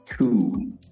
two